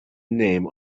name